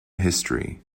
history